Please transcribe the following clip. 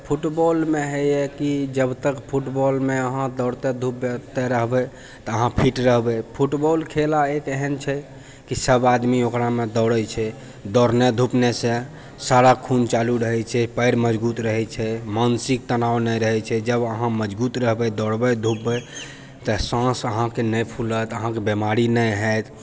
तऽ फुटबॉलमे होइए कि जबतक फुटबॉलमे अहाँ दौड़ते धुपते रहबै तऽ अहाँ फिट रहबै फुटबॉल खेला एक एहन छै कि सब आदमी ओकरामे दौड़ै छै दौड़ने धुपनेसँ सारा खून चालू रहै छै पाएर मजबूत रहै छै मानसिक तनाव नहि रहै छै जब अहाँ मजबूत रहबै दौड़बै धुपबै तऽ साँस अहाँके नहि फूलत अहाँके बेमारी नहि हैत